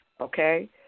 okay